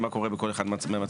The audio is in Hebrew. מה קורה בכל אחד מהמצבים.